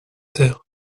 terre